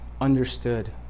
understood